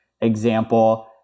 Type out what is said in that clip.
example